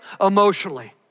emotionally